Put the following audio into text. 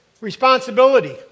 Responsibility